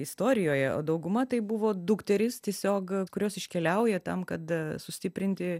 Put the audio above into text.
istorijoje o dauguma tai buvo dukterys tiesiog kurios iškeliauja tam kad sustiprinti